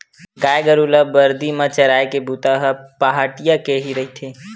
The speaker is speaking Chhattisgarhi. गाय गरु ल बरदी म चराए के बूता ह पहाटिया के ही रहिथे